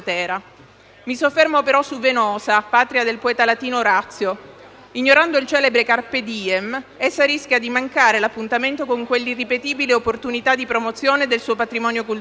Mi soffermo però su Venosa, patria del poeta latino Orazio. Ignorando il celebre *carpe diem*, essa rischia di mancare l'appuntamento con quell'irripetibile opportunità di promozione del suo patrimonio culturale